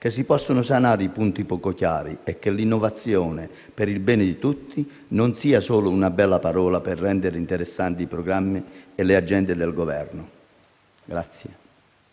che si possano sanare i punti poco chiari e che l'innovazione - per il bene di tutti - non sia solo una bella parola per rendere interessanti i programmi nell'agenda del Governo.